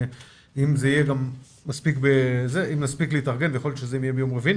אם נספיק להתארגן ויכול להיות שזה יהיה ביום רביעי,